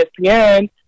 ESPN